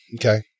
Okay